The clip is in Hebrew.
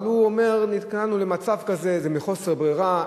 אבל הוא אומר: נקלענו למצב כזה, זה מחוסר ברירה.